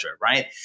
right